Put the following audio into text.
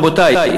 רבותי,